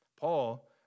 Paul